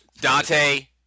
dante